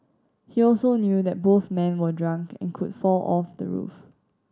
he also knew that both men were drunk and could fall off the roof